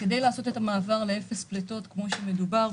כדי לעשות את המעבר לאפס פליטות כפי שמדובר,